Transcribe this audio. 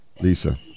Lisa